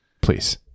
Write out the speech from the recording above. Please